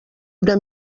una